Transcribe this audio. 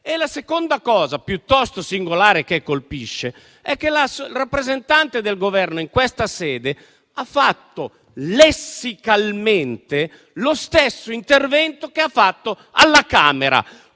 La seconda cosa piuttosto singolare che colpisce è che la rappresentante del Governo in questa sede ha fatto - lessicalmente - lo stesso intervento che ha fatto alla Camera